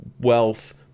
wealth